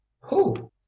Who